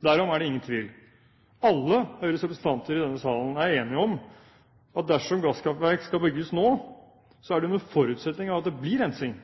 derom er det ingen tvil. Alle Høyres representanter i denne salen er enige om at dersom gasskraftverk skal bygges nå, er det under forutsetning av at det blir rensing.